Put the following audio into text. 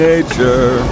Nature